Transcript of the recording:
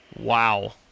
Wow